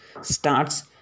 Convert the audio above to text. starts